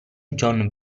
john